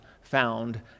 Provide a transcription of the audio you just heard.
found